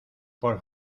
por